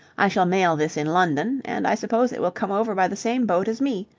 i shall mail this in london, and i suppose it will come over by the same boat as me.